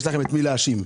יש לכם את מי להאשים.